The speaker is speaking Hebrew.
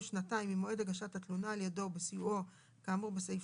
שנתיים ממועד הגשת התלונה על ידו או בסיועו כאמור בסעיף